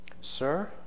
Sir